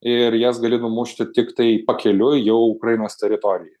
ir jas gali numušti tiktai pakeliui jau ukrainos teritorijoj